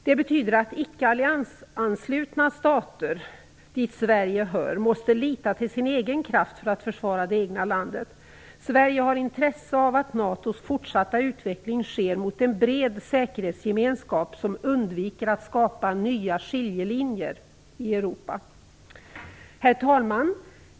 Det betyder att icke alliansanslutna stater, dit Sverige hör, måste lita till sin egen kraft för att försvara det egna landet. Sverige har intresse av att NATO:s fortsatta utveckling sker mot en bred säkerhetsgemenskap som innebär att man undviker att skapa nya skiljelinjer i Europa. Herr talman!